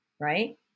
right